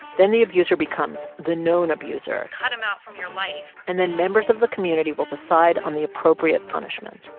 then the abuser becomes the known abuser cut him out from your life and then members of the community will decide on the appropriate punishment,